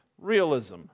realism